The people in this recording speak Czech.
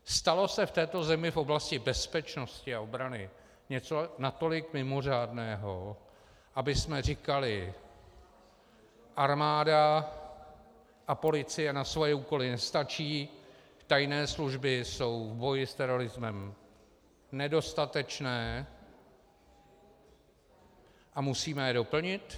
Stalo se v této zemi v oblasti bezpečnosti a obrany něco natolik mimořádného, abychom říkali: armáda a policie na svoje úkoly nestačí, tajné služby jsou v boji s terorismem nedostatečné a musíme je doplnit?